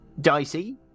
dicey